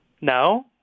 no